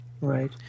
Right